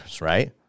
right